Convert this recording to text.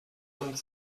und